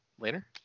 later